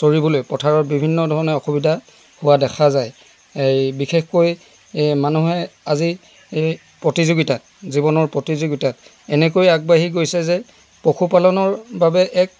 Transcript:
চৰিবলৈ পথাৰত বিভিন্ন ধৰণৰ অসুবিধা হোৱা দেখা যায় এই বিশেষকৈ এই মানুহে আজি প্ৰতিযোগীতা জীৱনৰ প্ৰতিযোগীতা এনেকৈ আগবাঢ়ি গৈছে যে পশুপালনৰ বাবে এক